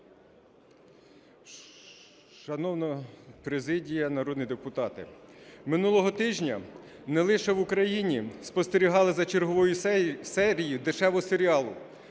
Шановна президія, народні депутати! Минулого тижня не лише в Україні спостерігали за черговою серією дешевого серіалу